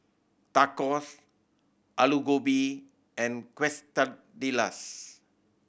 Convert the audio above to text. Tacos Alu Gobi and Quesadillas